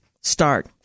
start